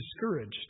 discouraged